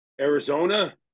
Arizona